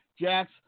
Jax